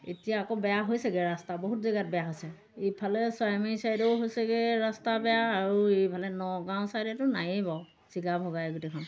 এতিয়া আকৌ বেয়া হৈছেগৈ ৰাস্তা বহুত জেগাত বেয়া হৈছে এইফালে চৰাইমাৰি চাইডেও হৈছেগৈ ৰাস্তা বেয়া আৰু এইফালে নগাঁও চাইডেতো নায়েই বাৰু ছিগা ভগাই গোটেইখন